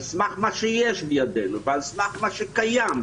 על סמך מה שיש בידינו ועל סמך מה שקיים,